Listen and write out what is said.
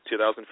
2015